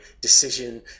decision